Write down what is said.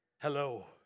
Hello